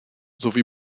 sowie